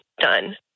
done